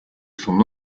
son